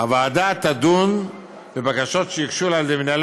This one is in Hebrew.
הוועדה תדון בבקשות שיוגשו לה על ידי מנהלי